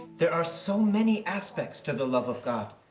there are so many aspects to the love of god.